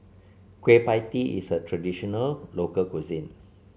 Kueh Pie Tee is a traditional local cuisine